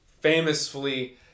famously